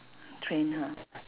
train ha